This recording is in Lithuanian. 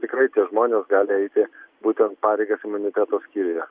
tikrai tie žmonės gali eiti būtent pareigas imuniteto skyriuje